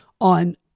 on